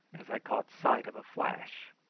as i caught sight of a flash.